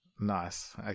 nice